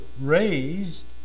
raised